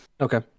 Okay